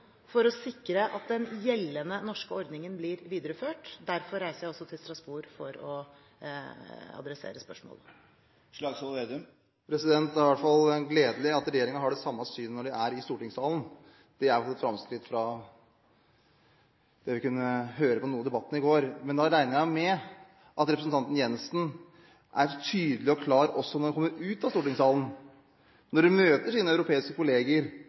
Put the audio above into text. for å sikre at den gjeldende norske ordningen blir videreført. Derfor reiser jeg også til Strasbourg for å ta opp spørsmålet. Det er i hvert fall gledelig at regjeringen har det samme synet når de er i stortingssalen. Det er et framskritt fra det vi kunne høre i debatten i går. Nå regner jeg med at statsråd Jensen er tydelig og klar også når hun kommer ut av stortingssalen, når hun møter sine europeiske kolleger,